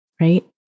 right